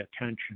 attention